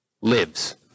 lives